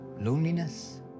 loneliness